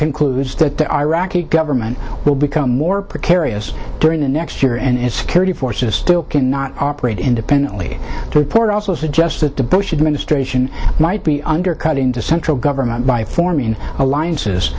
concludes that the iraqi government will become more precarious during the next year and its security forces still cannot operate independently report also suggests that the bush administration might be undercutting the central government by forming alliances